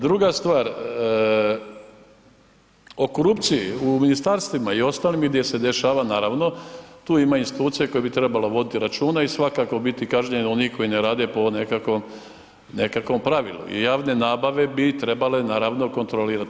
Druga stvar, o korupciji u ministarstvima i ostalim gdje se dešava naravno tu ima institucija koje bi trebalo voditi računa i svakako biti kažnjeni oni koji ne rade po nekakvom pravilu i javne nabave bi trebale kontrolirati.